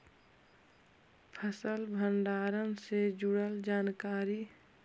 फसल भंडारन से जुड़ल जानकारी?